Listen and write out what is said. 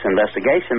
investigation